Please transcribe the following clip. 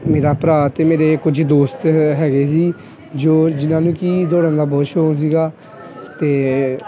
ਮੇਰਾ ਭਰਾ ਅਤੇ ਮੇਰੇ ਕੁਝ ਦੋਸਤ ਹੈਗੇ ਸੀ ਜੋ ਜਿਨ੍ਹਾਂ ਨੂੰ ਕਿ ਦੋੜਨ ਦਾ ਬਹੁਤ ਸ਼ੌਂਕ ਸੀਗਾ ਅਤੇ